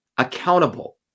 accountable